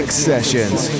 sessions